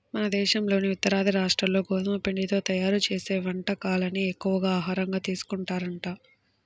మన దేశంలోని ఉత్తరాది రాష్ట్రాల్లో గోధుమ పిండితో తయ్యారు చేసే వంటకాలనే ఎక్కువగా ఆహారంగా తీసుకుంటారంట